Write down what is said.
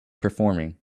performing